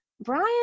Brian